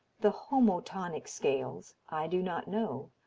the homotonic scales, i do not know.